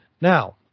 Now